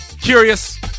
Curious